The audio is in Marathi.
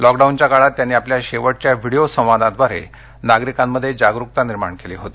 लॉकडाऊनच्या काळात त्यांनी आपल्या शेवटच्या विडियो संवादाद्वारे नागरिकांमध्ये जागरुकता निर्माण केली होती